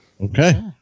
Okay